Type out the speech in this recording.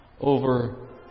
over